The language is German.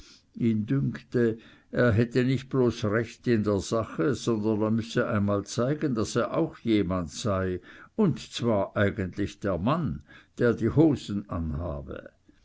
er hätte nicht bloß recht in der sache sondern er müsse einmal zeigen daß er auch jemand sei und zwar eigentlich der mann der die hosen anhabe